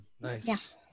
nice